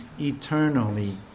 eternally